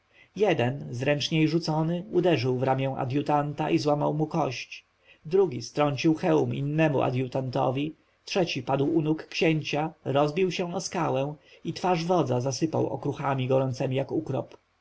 jeden zręczniej rzucony uderzył w ramię adjutanta i złamał mu kość drugi strącił hełm innemu adjutantowi trzeci padł u nóg księcia rozbił się o skałę i twarz wodza zasypał okruchami gorącemi jak ukrop